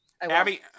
abby